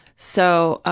so,